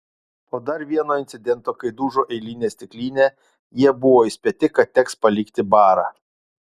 po dar vieno incidento kai dužo eilinė stiklinė jie buvo įspėti kad teks palikti barą